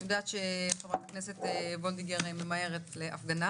אני יודעת שחבר הכנסת וולדיגר ממהרת להפגנה